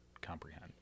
comprehend